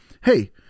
hey